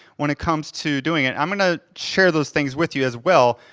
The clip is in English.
when it comes to doing it. i'm gonna share those things with you as well.